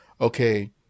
okay